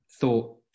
thought